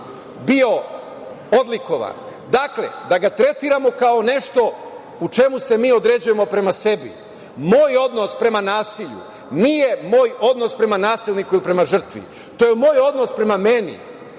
bio odlikovan, dakle, da ga tretiramo kao nešto u čemu se mi određujemo prema sebi. Moj odnos prema nasilju nije moj odnos prema nasilniku ili prema žrtvi, to je moj odnos prema meni,